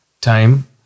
time